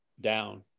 down